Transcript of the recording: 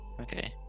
Okay